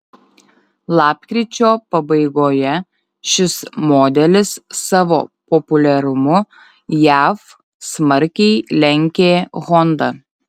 lapkričio pabaigoje šis modelis savo populiarumu jav smarkiai lenkė honda